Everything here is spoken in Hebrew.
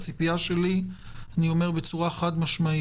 הציפייה שלי היא ואני אומר זאת בצורה חד-משמעית,